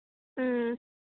ꯎꯝ